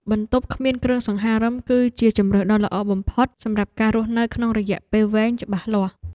បន្ទប់គ្មានគ្រឿងសង្ហារិមគឺជាជម្រើសដ៏ល្អបំផុតសម្រាប់ការរស់នៅក្នុងរយៈពេលវែងច្បាស់លាស់។